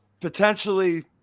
potentially